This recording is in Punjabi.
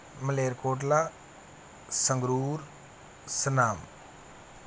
ਮਲੇਰਕੋਟਲਾ ਸੰਗਰੂਰ ਸੁਨਾਮ